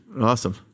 Awesome